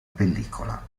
pellicola